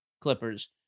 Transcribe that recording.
Clippers